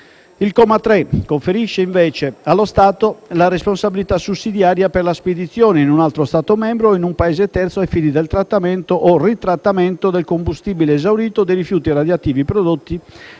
Il comma 3 conferisce, invece, allo Stato la responsabilità sussidiaria per la spedizione in un altro Stato membro o in un Paese terzo, ai fini del trattamento o ritrattamento, del combustibile esaurito e dei rifiuti radioattivi prodotti